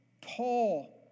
Paul